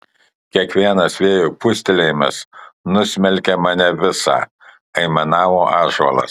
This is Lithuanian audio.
kiekvienas vėjo pūstelėjimas nusmelkia mane visą aimanavo ąžuolas